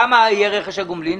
כמה יהיה רכש הגומלין?